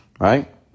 Right